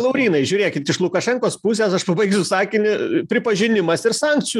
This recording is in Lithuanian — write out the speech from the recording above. laurynai žiūrėkit iš lukašenkos pusės aš pabaigsiu sakinį pripažinimas ir sankcijų